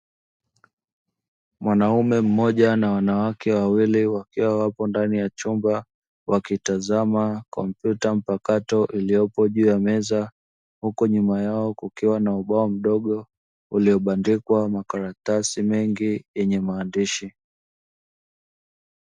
Mwanaume mmoja na wanawake wawili, wakiwa wapo ndani ya chumba wakitazama kompyuta mpakato, iliyopo juu ya meza huku nyuma yao kukiwa na ubao mdogo, uliobandikwa makaratasi mengi yenye maandishi.